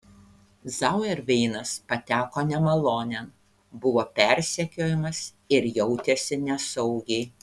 zauerveinas pateko nemalonėn buvo persekiojamas ir jautėsi nesaugiai